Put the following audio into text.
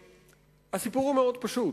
הסיפור הוא מאוד פשוט,